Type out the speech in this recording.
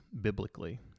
biblically